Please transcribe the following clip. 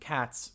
Cats